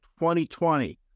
2020